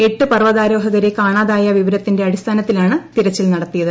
എട്ട് പർവ്വതാരോഹകരെ കാണാതായ വിവരത്തിന്റെ അടിസ്ഥാനത്തിലാണ് തിരച്ചിൽ നടത്തിയത്